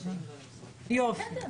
יופי.